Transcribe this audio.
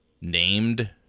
named